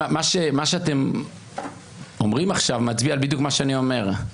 מה שאתם אומרים עכשיו מצביע בדיוק על מה שאני אומר.